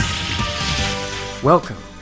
Welcome